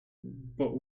but